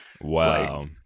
wow